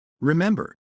Remember